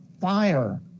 fire